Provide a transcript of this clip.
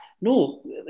No